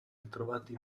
ritrovati